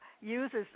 uses